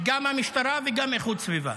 גם המשטרה וגם איכות סביבה